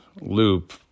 loop